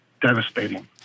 devastating